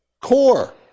Core